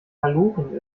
malochen